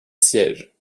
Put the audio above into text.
sièges